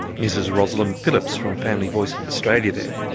mrs roslyn phillips from family voice australia there.